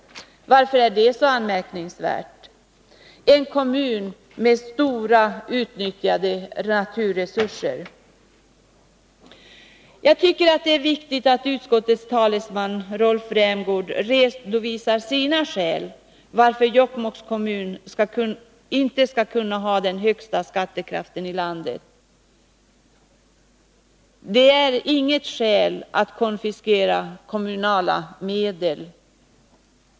Varför är det så anmärkningsvärt att en kommun med stora utnyttjade naturresurser har den högsta skattekraften? Det är viktigt att utskottets talesman Rolf Rämgård redovisar sina skäl till att Jokkmokks kommun inte skulle kunna ha den högsta skattekraften i landet. Att Jokkmokk inte skulle få ha den högsta skattekraften i landet är inget skäl för att konfiskera kommunala medel.